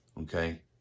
Okay